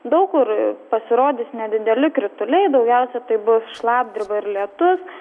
daug kur pasirodys nedideli krituliai daugiausia tai bus šlapdriba ir lietus